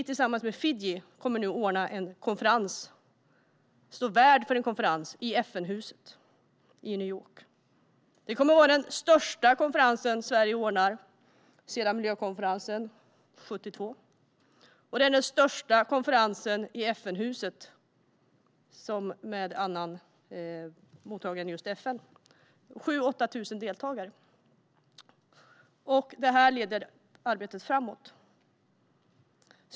Tillsammans med Fiji kommer vi nu att ordna och stå värdar för en konferens i FN-huset i New York. Det kommer att vara den största konferens Sverige ordnar sedan miljökonferensen 1972 och den största konferensen i FN-huset med annan mottagare än FN. 7 000-8 000 deltagare kommer det att vara. Det här leder arbetet framåt.